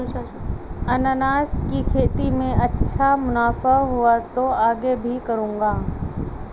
अनन्नास की खेती में अच्छा मुनाफा हुआ तो आगे भी करूंगा